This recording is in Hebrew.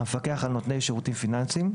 המפקח על נותני שירותים פיננסיים,